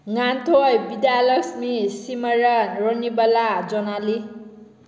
ꯉꯥꯟꯊꯣꯏ ꯕꯤꯗ꯭ꯌꯥꯂꯛꯁꯃꯤ ꯁꯤꯃꯔꯟ ꯔꯣꯅꯤꯕꯂꯥ ꯖꯣꯅꯥꯂꯤ